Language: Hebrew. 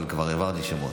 אבל כבר העברתי שמות.